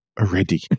already